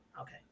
okay